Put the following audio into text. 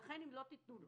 לכן, אם לא תיתנו לו